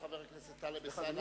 חבר הכנסת טלב אלסאנע,